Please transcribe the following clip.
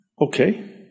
Okay